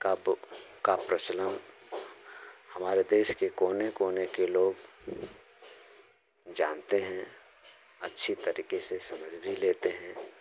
का पृ का प्रचलन हमारे देश के कोने कोने के लोग जानते हैं अच्छी तरीके से समझ भी लेते हैं